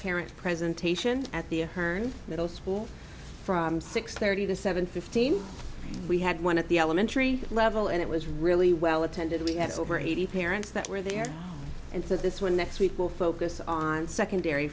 eric presentation at the herd middle school from six thirty the seven fifteen we had one at the elementary level and it was really well attended we had over eighty parents that were there and so this one next week will focus on secondary